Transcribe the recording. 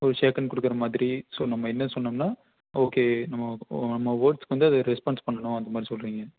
ஒரு ஷேக்கன் கொடுக்குறமாதிரி ஸோ நம்ம என்ன சொன்னம்ன்னா ஓகே நம்ம நம்ம வேர்ட்ஸ்க்கு வந்து ரெஸ்பான்ஸ் பண்ணணும் அந்தமாதிரி சொல்லுறீங்க